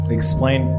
explain